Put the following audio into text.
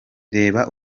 reba